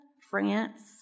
France